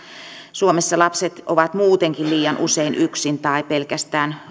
suomessa lapset ovat muutenkin liian usein yksin tai pelkästään